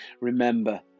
Remember